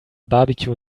barbecue